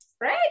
Right